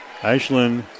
Ashlyn